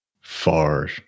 far